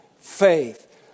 faith